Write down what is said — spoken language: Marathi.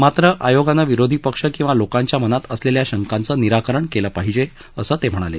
मात्र आयोगानं विरोधी पक्ष किंवा लोकांच्या मनात असलेल्या शंकांचं निराकरण केलं पाहिजे असं ते म्हणाले